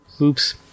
Oops